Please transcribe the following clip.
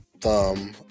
Thumb